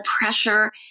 pressure